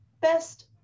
best